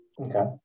Okay